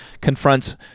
confronts